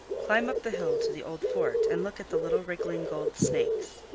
climb up the hill to the old fort and look at the little wriggling gold snakes,